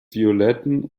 violetten